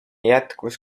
jätkus